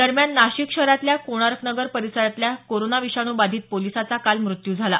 दरम्यान नाशिक शहरातल्या कोणार्कनगर परिसरातल्या कोरोना विषाणू बाधित पोलिसाचा काल मृत्यू झाला